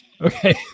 Okay